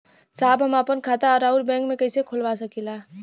साहब हम आपन खाता राउर बैंक में कैसे खोलवा सकीला?